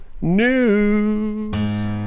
news